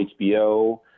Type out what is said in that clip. HBO